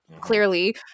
clearly